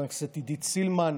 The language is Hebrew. חברת הכנסת עידית סילמן,